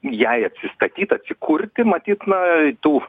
jai atsistatyt atsikurti matyt a tų